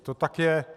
To tak je.